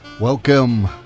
Welcome